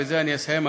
בזה אני אסיים,